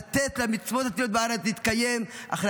לתת למצוות התלויות בארץ להתקיים אחרי